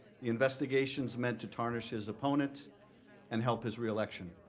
the investigations meant to tarnish his opponent and help his reelection.